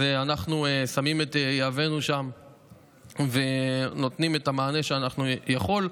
אז אנחנו שמים את יהבנו שם ונותנים את המענה שאנחנו יכולים.